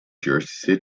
jersey